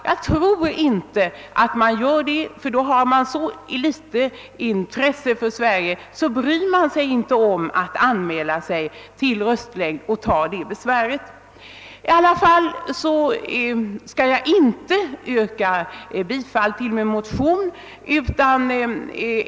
Har man så litet intresse för Sverige att man kan tänka sig att missbruka detta, då bryr man sig inte om att ta besväret att anmäla sig till röstlängd. Jag skall inte yrka bifall till min motion.